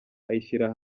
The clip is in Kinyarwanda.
ayishyira